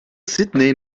sydney